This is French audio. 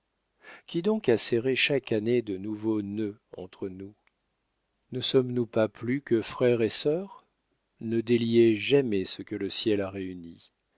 qui donc a serré chaque année de nouveaux nœuds entre nous ne sommes-nous pas plus que frère et sœur ne déliez jamais ce que le ciel a réuni